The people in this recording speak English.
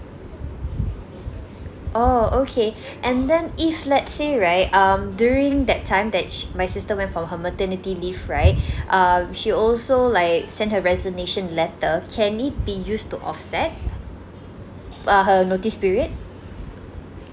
oh okay and then if let's say right um during that time that she my sister went for her maternity leave right um she also like send her resignation letter can it be used to offset uh her notice period